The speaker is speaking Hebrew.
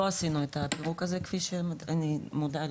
לא עשינו את הפירוק הזה, אני מודה.